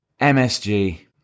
MSG